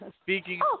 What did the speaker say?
Speaking